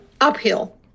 uphill